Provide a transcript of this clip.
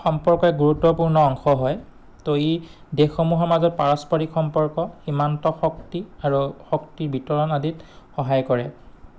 সম্পৰ্কে গুৰুত্বপূৰ্ণ অংশ হয় তো ই দেশসমূহৰ মাজত পাৰস্পৰিক সম্পৰ্ক সীমান্ত শক্তি আৰু শক্তিৰ বিতৰণ আদিত সহায় কৰে